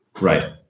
Right